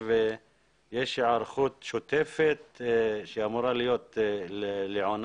יש היערכות שוטפת שאמורה להיות לעונה